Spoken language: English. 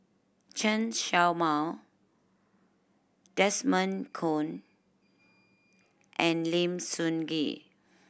Chen Show Mao Desmond Kon and Lim Sun Gee